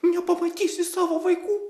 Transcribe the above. nepamatysi savo vaikų